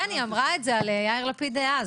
כן, היא אמרה את זה על יאיר לפיד דאז.